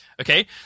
okay